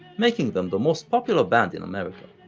making them the most popular band in america.